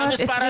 מה זה?